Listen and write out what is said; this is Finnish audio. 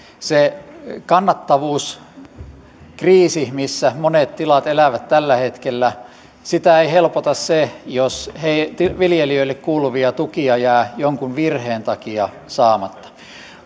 sitä kannattavuuskriisiä missä monet tilat elävät tällä hetkellä ei helpota se jos viljelijöille kuuluvia tukia jää jonkun virheen takia saamatta